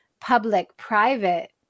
public-private